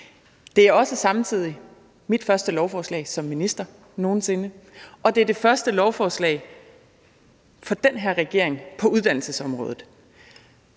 Det er samtidig også mit første lovforslag som minister nogen sinde, og det er det første lovforslag fra den her regering på uddannelsesområdet.